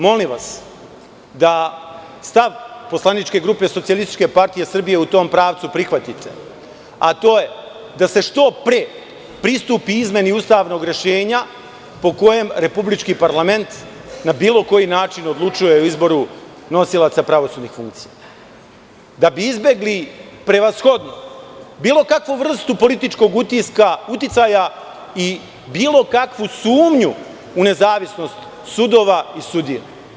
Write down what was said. Molim vas da stav poslaničke grupe SPS u tom pravcu prihvatite, a to je da se što pre pristupi izmeni ustavnog rešenja po kojem republički parlament na bilo koji način odlučuje o izboru nosilaca pravosudnih funkcija, da bi izbegli, prevashodno, bilo kakvu vrstu političkog uticaja i bilo kakvu sumnju u nezavisnost sudova i sudija.